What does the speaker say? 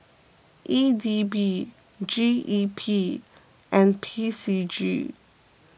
E D B G E P and P C G